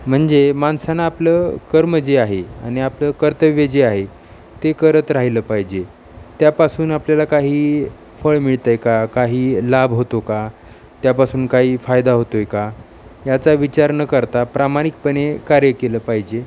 म्हणजे माणसानं आपलं कर्म जे आहे आणि आपलं कर्तव्य जे आहे ते करत राहिलं पाहिजे त्यापासून आपल्याला काही फळ मिळतं आहे का काही लाभ होतो का त्यापासून काही फायदा होतो आहे का याचा विचार न करता प्रामाणिकपणे कार्य केलं पाहिजे